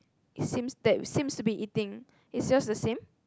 it seems that seems to be eating is yours the same